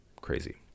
Crazy